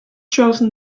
chosen